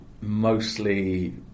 mostly